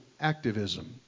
activism